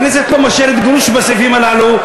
הכנסת לא מאשרת גרוש בסעיפים הללו.